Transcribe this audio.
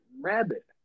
Rabbit